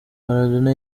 maradona